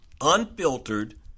unfiltered